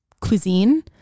cuisine